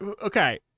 Okay